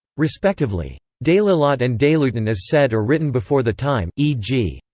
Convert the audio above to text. respectively. delelott and delutan is said or written before the time, e g.